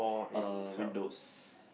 uh windows